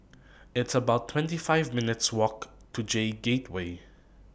It's about twenty five minutes' Walk to J Gateway